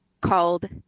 called